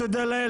תודה לאל,